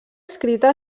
escrita